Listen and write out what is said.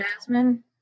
Jasmine